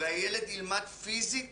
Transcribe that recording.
והילד ילמד פיסית